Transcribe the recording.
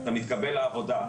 אתה מתקבל לעבודה,